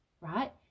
right